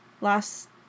last